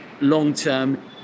long-term